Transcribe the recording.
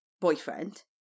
boyfriend